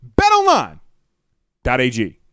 betonline.ag